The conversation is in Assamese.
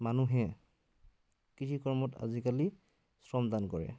মানুহে কৃষি কৰ্মত আজিকালি শ্ৰমদান কৰে